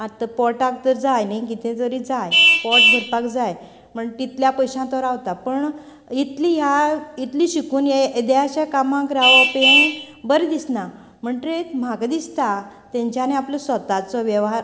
आता पोटाक तर जाय न्ही कितें तरी जाय पोट भरपाक जाय म्हण तितल्या पयश्यांक तो रावता पूण इतलीं ह्या इतलीं शिकून हे एद्याश्या कामाक रावप हें बरें दिसना म्हटकीर म्हाका दिसता तेंच्यानी आपलो स्वताचे वेव्हार